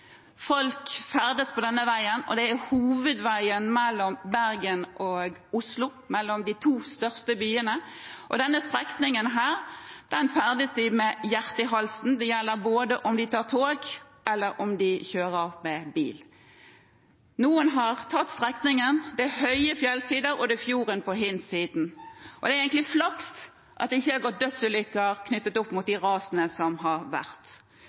det er hovedveien mellom Bergen og Oslo, mellom de to største byene, og på denne strekningen ferdes de med hjertet i halsen. Det gjelder enten de tar tog eller kjører bil. Noen har kjørt strekningen: Det er høye fjellsider, og det er fjorden på hin side. Det er egentlig flaks at det ikke har vært dødsulykker knyttet opp mot de rasene som har vært.